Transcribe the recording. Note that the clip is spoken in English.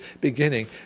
beginning